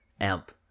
amp